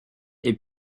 est